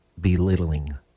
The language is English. belittling